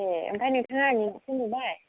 ए ओमफ्राय नोंथाङा आंनि न'खौ नुबाय